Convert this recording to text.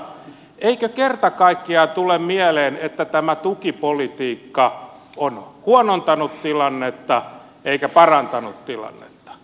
eikö kerta kaikkiaan tule mieleen että tämä tukipolitiikka on huonontanut tilannetta eikä parantanut tilannetta